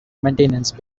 maintenance